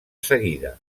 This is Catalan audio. seguida